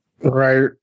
right